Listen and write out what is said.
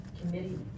committee